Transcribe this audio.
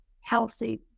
healthy